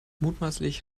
mutmaßlich